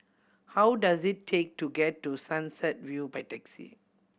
how does it take to get to Sunset View by taxi